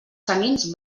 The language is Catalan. camins